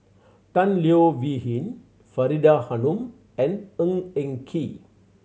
Tan Leo Wee Hin Faridah Hanum and Ng Eng Kee